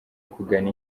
kugana